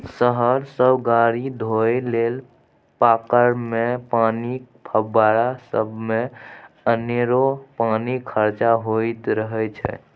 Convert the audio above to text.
शहर सब गाड़ी धोए लेल, पार्कमे पानिक फब्बारा सबमे अनेरो पानि खरचा होइत रहय छै